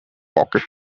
pocket